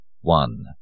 one